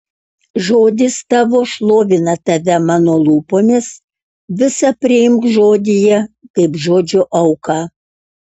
žodis tavo šlovina tave mano lūpomis visa priimk žodyje kaip žodžio auką